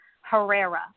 Herrera